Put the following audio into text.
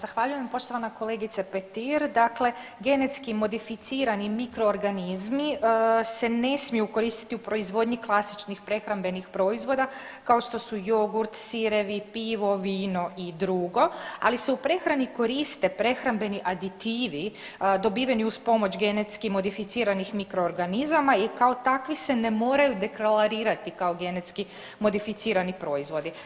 Zahvaljujem poštovana kolegice Petir, dakle genetski modificirani mikroorganizmi se ne smiju koristiti u proizvodnji klasičnih prehrambenih proizvoda kao što su jogurt, sirevi, pivo, vino i drugo, ali se u prehrani koriste prehrambeni aditivi dobiveni uz pomoć genetski modificiranih mikroorganizama i kao takvi se ne moraju deklarirati kao genetski modificirani proizvodi.